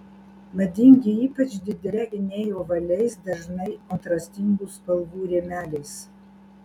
madingi ypač dideli akiniai ovaliais dažnai kontrastingų spalvų rėmeliais